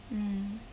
mm